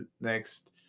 next